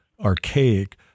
archaic